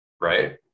right